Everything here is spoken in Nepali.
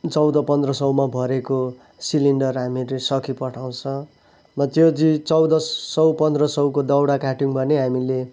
चौध पन्ध्र सौमा भरेको सिलिन्डर हामीले सकिपठाउँछ चौध सौ पन्ध्र सौको दाउरा काट्यौँ भने हामीले